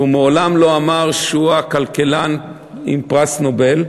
והוא מעולם לא אמר שהוא הכלכלן עם פרס נובל,